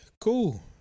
cool